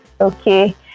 okay